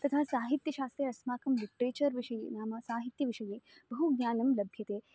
तथा साहित्यशास्त्रे अस्माकं लिट्रेचर् विषये नाम साहित्यविषये बहु ज्ञानं लभ्यते